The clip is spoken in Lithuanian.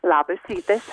labas rytas